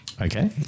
Okay